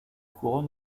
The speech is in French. couronne